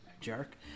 Jerk